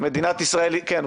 כן.